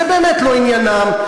זה באמת לא עניינם.